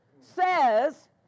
says